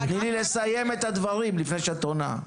תני לי לסיים את הדברים לפני שאת עונה.